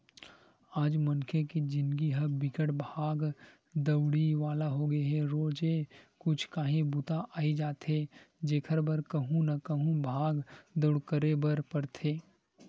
आज मनखे के जिनगी ह बिकट भागा दउड़ी वाला होगे हे रोजे कुछु काही बूता अई जाथे जेखर बर कहूँ न कहूँ भाग दउड़ करे बर परथे